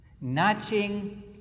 notching